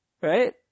Right